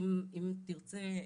אם תרצה,